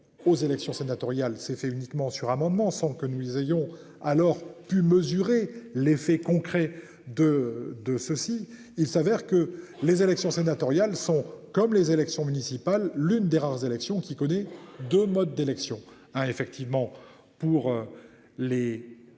aux élections sénatoriales s'est fait uniquement sur amendement sans que nous les ayons alors pu mesurer l'effet concret de de ceci, il s'avère que les élections sénatoriales sont comme les élections municipales, l'une des rares élections qui connaît de mode d'élection effectivement pour. Les